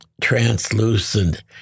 translucent